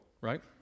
right